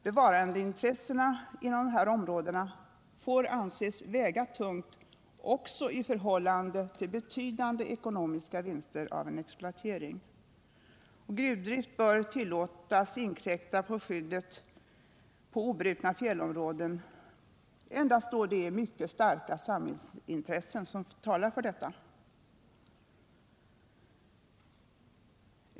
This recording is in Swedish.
Bevarandeintressena inom dessa områden får anses väga tungt också i förhållande till betydande ekonomiska vinster av en exploatering. Gruvdrift bör tillåtas inkräkta på skyddet av obrutna fjällområden endast om mycket starka samhälls 31 intressen talar för detta.